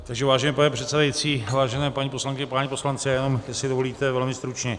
Takže vážený pane předsedající, vážené paní poslankyně, páni poslanci, já jenom, jestli dovolíte velmi stručně.